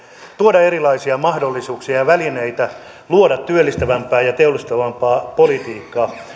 tuoda erilaisia mahdollisuuksia ja välineitä luoda työllistävämpää ja teollistavampaa politiikkaa